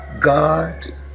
God